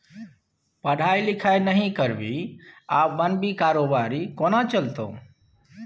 पढ़ाई लिखाई नहि करभी आ बनभी कारोबारी कोना चलतौ